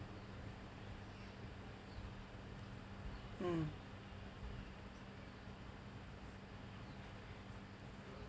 mm